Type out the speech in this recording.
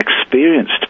experienced